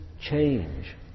change